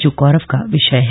जो गौरव का विशय है